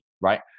right